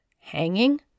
Hanging